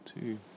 two